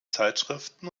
zeitschriften